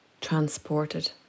transported